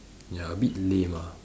ya a bit lame ah